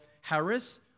Harris